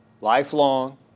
lifelong